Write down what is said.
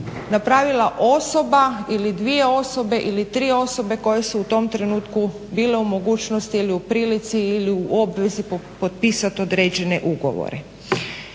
napravila osoba ili dvije osobe ili tri osobe koje su u tom trenutku bile u mogućnosti ili u prilici ili u obvezi potpisati određene ugovore.